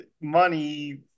money